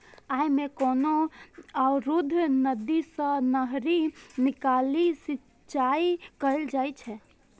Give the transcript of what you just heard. अय मे कोनो अवरुद्ध नदी सं नहरि निकालि सिंचाइ कैल जाइ छै